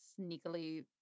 sneakily